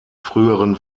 früheren